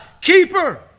keeper